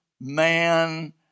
man